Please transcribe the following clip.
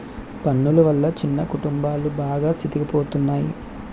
పన్నులు వల్ల చిన్న కుటుంబాలు బాగా సితికిపోతున్నాయి